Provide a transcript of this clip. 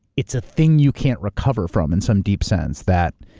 it's a thing you can't recover from in some deep sense that